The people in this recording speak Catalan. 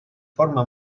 forma